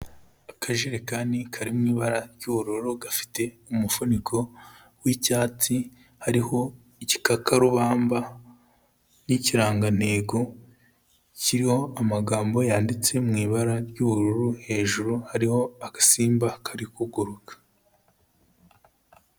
Akajerekani kari mu ibara ry'ubururu gafite umufuniko w'icyatsi, hariho igikakarubamba n'ikirangantego kiriho amagambo yanditse mu ibara ry'ubururu, hejuru hariho agasimba kari kuguruka.